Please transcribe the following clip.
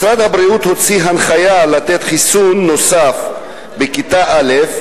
משרד הבריאות הוציא הנחיה לתת חיסון נוסף בכיתה א',